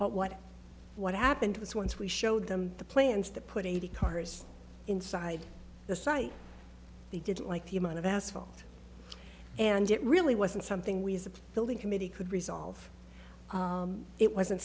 what what happened was once we showed them the plans to put eighty cars inside the site they didn't like the amount of asphalt and it really wasn't something we as a building committee could resolve it wasn't